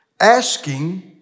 asking